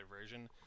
version